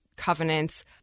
Covenants